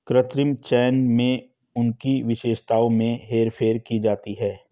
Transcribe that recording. कृत्रिम चयन में उनकी विशेषताओं में हेरफेर की जाती है